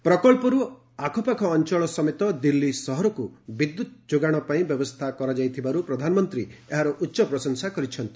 ଏହି ପ୍ରକଳ୍ପରୁ ଆଖପାଖ ଅଞ୍ଚଳ ସମେତ ଦିଲ୍ଲୀ ସହରକୁ ବିଦ୍ୟୁତ ଯୋଗାଣ ପାଇଁ ବ୍ୟବସ୍ଥା କରାଯାଇଥିବାରୁ ପ୍ରଧାନମନ୍ତ୍ରୀ ଏହାର ଉଚ୍ଚପ୍ରଶଂସା କରିଛନ୍ତି